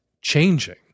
changing